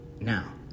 Now